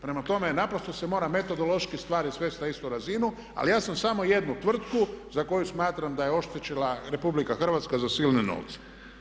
Prema tome naprosto se mora metodološki stvari svest na istu razinu ali ja sam samo jednu tvrtku za koju smatram da je oštetila RH za silne novce.